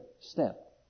step